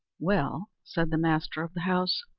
well, said the master of the house,